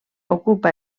ocupa